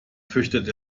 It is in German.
fürchtet